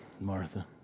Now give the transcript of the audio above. Martha